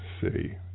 city